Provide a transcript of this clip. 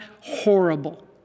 horrible